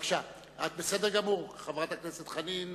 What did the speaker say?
את בסדר גמור, חברת הכנסת זועבי.